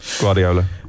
Guardiola